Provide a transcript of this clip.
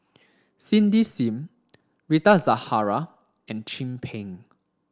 Cindy Sim Rita Zahara and Chin Peng